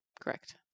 correct